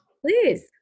Please